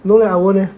no lah I won't leh